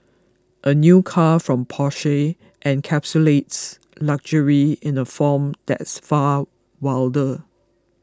a new car from Porsche encapsulates luxury in a form that's far wilder